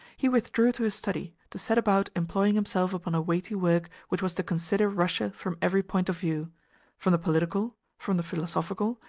he withdrew to his study, to set about employing himself upon a weighty work which was to consider russia from every point of view from the political, from the philosophical,